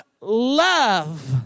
love